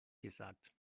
gesagt